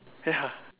ya